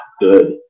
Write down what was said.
good